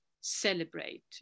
celebrate